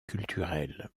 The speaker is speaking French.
culturel